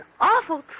awful